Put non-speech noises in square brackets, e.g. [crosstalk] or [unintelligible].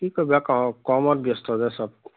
কি কৰিবি আৰু [unintelligible] কৰ্মত ব্যস্ত যে চব